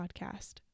podcast